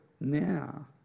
now